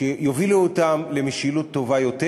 שיובילו אותם למשילות טובה יותר.